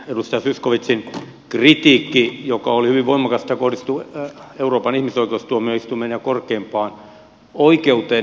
edustaja zyskowiczin kritiikki joka oli hyvin voimakasta kohdistui euroopan ihmisoikeustuomioistuimeen ja korkeimpaan oikeuteen